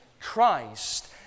Christ